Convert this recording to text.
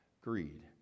greed